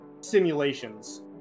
simulations